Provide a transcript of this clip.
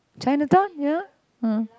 Chinatown ya hmm